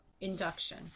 Induction